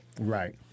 Right